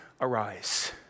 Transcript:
arise